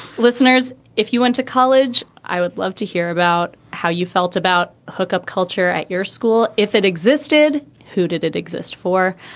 listeners. if you went to college, i would love to hear about how you felt about hookup culture at your school. if it existed, who did it exist for?